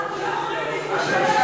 הוא אמר את זה בכבוד?